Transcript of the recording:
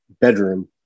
bedroom